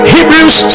Hebrews